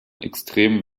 extremen